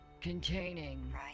containing